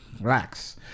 Relax